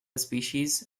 species